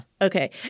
Okay